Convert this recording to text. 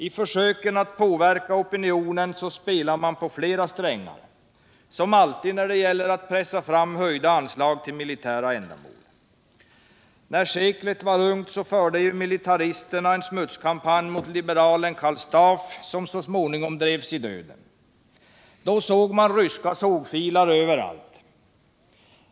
I försöken att påverka opinionen spelar man, som alltid när det gäller att pressa fram höjda anslag till militära ändamål, på flera strängar. När seklet var ungt förde militaristerna en smutskampanj mot liberala Karl Staaf som så småningom drevs i döden. Då såg man också ryska sågfilare överallt.